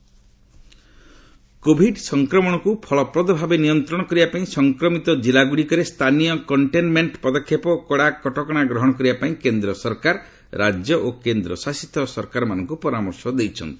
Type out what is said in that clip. ଗଭ୍ state covid covid ସଂକ୍ରମଣକୁ ଫଳପ୍ରଦ ଭାବେ ନିୟନ୍ତ୍ରଣ କରିବାପାଇଁ ସଂକ୍ରମିତ ଜିଲ୍ଲାଗ୍ରଡ଼ିକରେ ସ୍ଥାନୀୟ କଣ୍ଟେନ୍ମେଣ୍ଟ୍ ପଦକ୍ଷେପ ଓ କଡ଼ା କଟକଣା ଗ୍ରହଣ କରିବାପାଇଁ କେନ୍ଦ୍ର ସରକାର ରାଜ୍ୟ ଓ କେନ୍ଦ୍ରଶାସିତ ସରକାରମାନଙ୍କୁ ପରାମର୍ଶ ଦେଇଛନ୍ତି